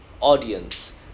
audience